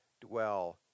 dwell